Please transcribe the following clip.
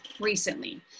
recently